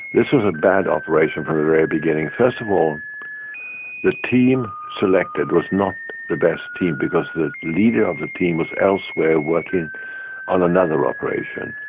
this was a bad operation from the very beginning. first of all the team selected was not the best team, because the leader of the team was elsewhere working on another operation,